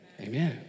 Amen